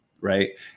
right